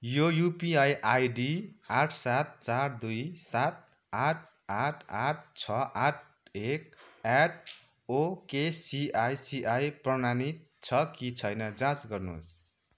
यो UPI ID आठ सात चार दुई सात आठ आठ आठ छ आठ एक एट ओकेसिआइसिआई प्रमाणित छ कि छैन जाँच गर्नुहोस्